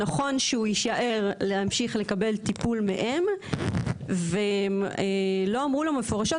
שנכון שהוא יישאר להמשיך לקבל טיפול מהם ולא אמרו לו מפורשות,